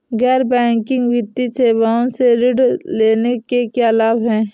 गैर बैंकिंग वित्तीय सेवाओं से ऋण लेने के क्या लाभ हैं?